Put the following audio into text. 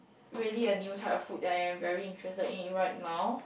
really a new type of food that I am very interested in right now